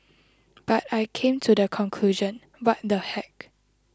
but I came to the conclusion what the heck